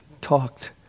talked